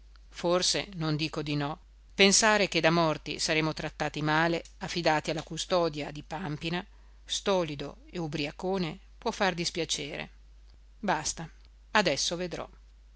forse non dico di no pensare che da morti saremo trattati male affidati alla custodia di pàmpina stolido e ubriacone può far dispiacere basta adesso vedrò